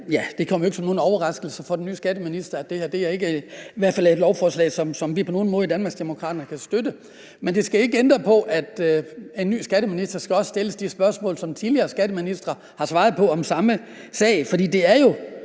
Det kommer jo ikke som nogen overraskelse for den nye skatteminister, at det her i hvert fald ikke er et lovforslag, som vi på nogen måde i Danmarksdemokraterne kan støtte. Men det skal ikke ændre på, at en ny skatteminister også skal stilles de spørgsmål, som tidligere skatteministre har svaret på om samme sag.